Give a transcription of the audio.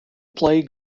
plague